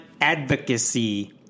advocacy